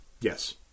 Yes